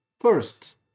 First